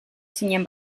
zinen